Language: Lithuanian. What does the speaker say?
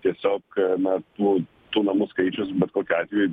tiesiog na tų tų namų skaičius bet kokiu atveju